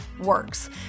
works